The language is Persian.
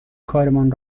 کارمان